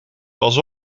pas